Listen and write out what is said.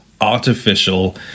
artificial